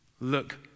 look